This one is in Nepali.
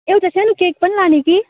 एउटा सानो केक पनि लाने कि